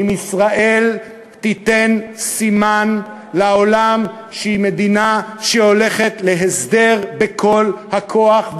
אם ישראל תיתן לעולם סימן שהיא מדינה שהולכת להסדר בכל הכוח,